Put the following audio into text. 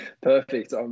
Perfect